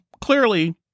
clearly